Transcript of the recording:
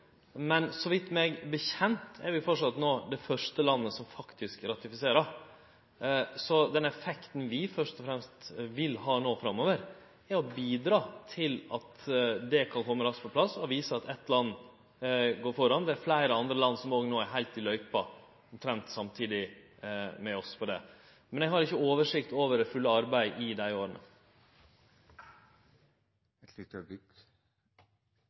Men så vidt eg veit, er vi fortsatt det første landet som faktisk ratifiserer, så den effekten vi først og fremst vil ha nå framover, er å bidra til at det kan kome raskt på plass, og vise at eitt land går føre. Det er fleire andre land som òg nå er heilt i løypa – omtrent samtidig med oss på det. Men eg har ikkje oversyn over det fulle arbeidet i dei åra.